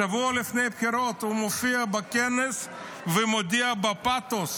שבוא לפני הבחירות הוא מופיע בכנס ומודיע בפאתוס